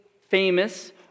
famous